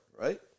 right